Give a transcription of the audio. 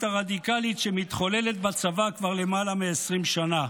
הרדיקלית שמתחוללת בצבא כבר למעלה מ-20 שנה.